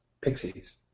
Pixies